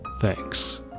Thanks